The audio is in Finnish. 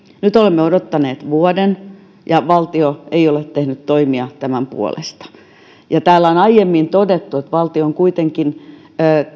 nyt olemme odottaneet vuoden ja valtio ei ole tehnyt toimia tämän puolesta täällä on aiemmin todettu että valtio on kuitenkin